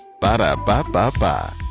Ba-da-ba-ba-ba